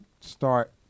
start